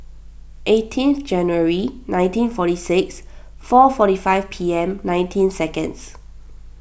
eighteen January nineteen forty six four forty five P M nineteen seconds